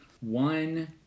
One